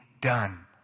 done